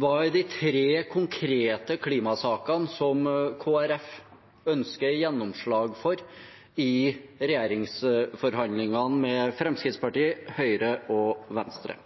Hva er de tre konkrete klimasakene som Kristelig Folkeparti ønsker gjennomslag for i regjeringsforhandlingene med Fremskrittspartiet, Høyre og Venstre?